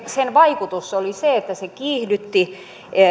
sen vaikutus oli se että se kiihdytti